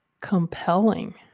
compelling